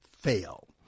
fail